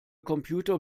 computer